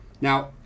Now